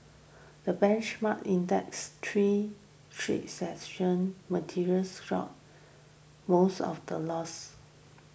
the benchmark index straight sessions materials stocks most of the loss